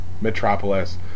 Metropolis